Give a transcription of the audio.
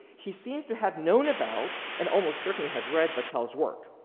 he seems to have known about and almost certainly have read vattel's work.